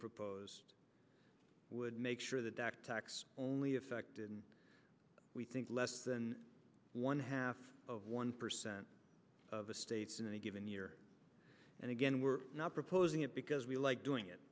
we would make sure the doc tax only effect we think less than one half of one percent of the states in any given year and again we're not proposing it because we like doing it